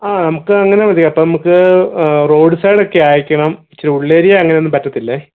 ആ നമുക്ക് അങ്ങനെ മതി അപ്പം നമുക്ക് റോഡ്സൈഡ് ഒക്കെ ആയിരിക്കണം ഇച്ചിരി ഉള്ള് ഏരിയ അങ്ങനെയൊന്നും പറ്റത്തില്ലെ